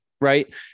right